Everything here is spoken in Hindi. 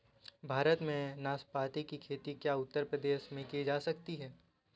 भारत में नाशपाती की खेती क्या उत्तर प्रदेश में की जा सकती है?